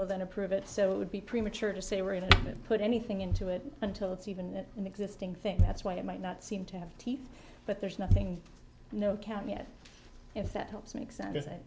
with and approve it so it would be premature to say we're able to put anything into it until it's even an existing thing that's why it might not seem to have teeth but there's nothing no count yet if that helps make sense